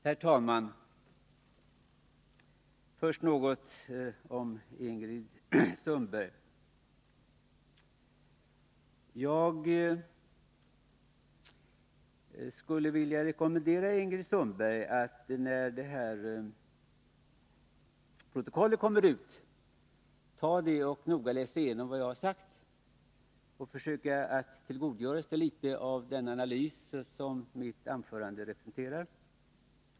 Herr talman! Först vill jag rekommendera Ingrid Sundberg att, när detta protokoll kommer ut, noga läsa igenom vad jag har sagt och försöka tillgodogöra sig litet av den analys som mitt anförande representerar.